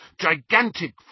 gigantic